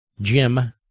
Jim